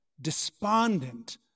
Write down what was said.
despondent